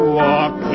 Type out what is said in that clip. walk